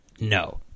No